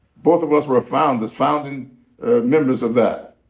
both of us were founders, founding members of that.